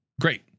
Great